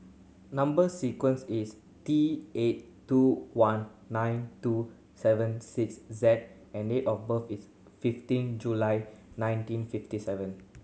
number sequence is T eight two one nine two seven six Z and date of birth is fifteen July nineteen fifty seven